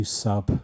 sub